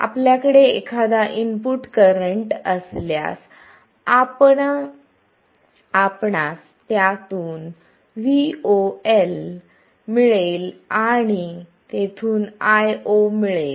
आपल्याकडे एखादा input current असल्यास आपणास त्यातून Vo1 मिळेल आणि तेथून Io मिळेल